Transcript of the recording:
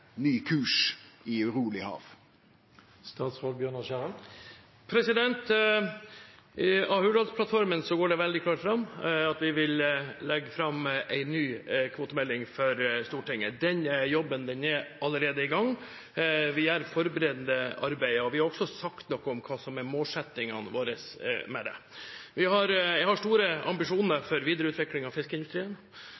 ny kurs i eit uroleg hav. Av Hurdalsplattformen går det veldig klart fram at vi vil legge fram en ny kvotemelding for Stortinget. Den jobben er allerede i gang. Vi gjør forberedende arbeid, og vi har også sagt noe om hva som er målsettingene våre med det. Jeg har store ambisjoner